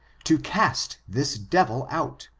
to cast this devil out.